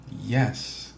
Yes